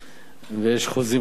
ויש חוזים חתומים,